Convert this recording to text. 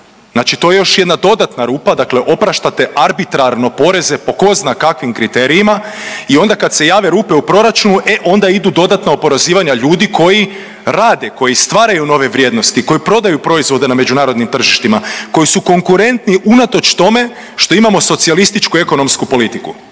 Znači to je još jedna dodatna rupa, dakle opraštate arbitrarno poreze po tko zna kakvim kriterijima i onda kada se jave rupe u proračunu e onda idu dodatna oporezivanja ljudi koji rade, koji stvaraju nove vrijednosti, koji prodaju proizvode na međunarodnim tržištima, koji su konkurentni unatoč tome što imamo socijalističku ekonomsku politiku.